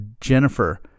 Jennifer